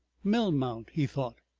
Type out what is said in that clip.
melmount! he thought.